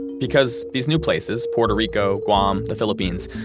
because these new places, puerto rico, guam, the philippines,